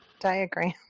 diagram